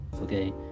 okay